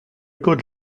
good